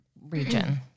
region